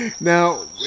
now